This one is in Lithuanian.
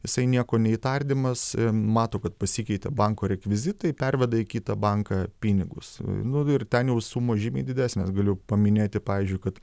jisai nieko nei tardymas mato kad pasikeitė banko rekvizitai perveda į kitą banką pinigus nu ir ten jau sumos žymiai didesnės galiu paminėti pavyzdžiui kad